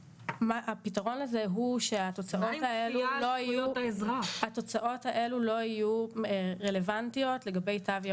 הפתרון לזה הוא שהתוצאות האלו לא יהיו רלוונטיות לגבי תו ירוק.